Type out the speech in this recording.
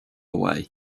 away